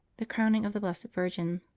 the crowning of the blessed virgin.